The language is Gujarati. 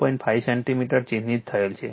5 સેન્ટિમીટર ચિહ્નિત થયેલ છે